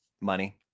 Money